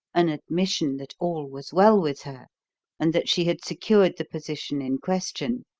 an admission that all was well with her and that she had secured the position in question